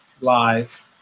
live